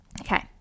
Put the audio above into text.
okay